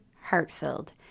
heart-filled